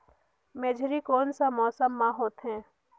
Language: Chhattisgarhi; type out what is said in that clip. मेझरी कोन सा मौसम मां होथे?